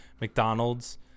McDonald's